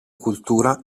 cultura